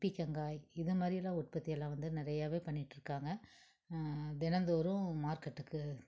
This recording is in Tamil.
பீர்க்கங்காய் இதுமாதிரியெல்லாம் உற்பத்தியெல்லாம் வந்து நிறையாவே பண்ணிகிட்ருக்காங்க தினந்தோறும் மார்க்கெட்டுக்கு